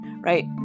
right